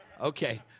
Okay